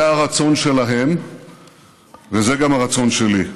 זה הרצון שלהם וזה גם הרצון שלי.